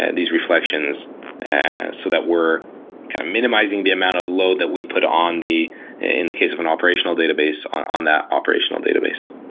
and reflections so that we're kind of minimizing the amount of load that we put on the in the case of an operational database, on on that operational database.